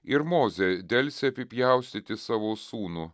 ir mozė delsia apipjaustyti savo sūnų